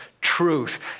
truth